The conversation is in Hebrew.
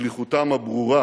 שליחותם הברורה